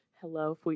Hello